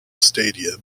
stadium